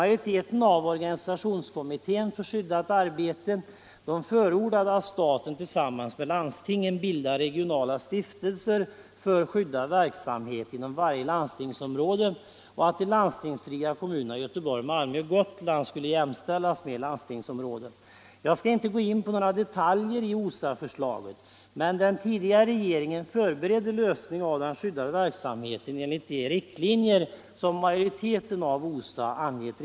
Jag skall inte gå in på några detaljer i OSA-förslaget, men den tidigare regeringen förberedde lösning av den skyddade verksamhetens problem enligt de riktlinjer som majoriteten av OSA angett.